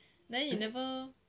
then you never